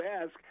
ask